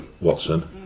Watson